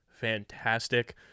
fantastic